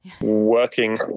Working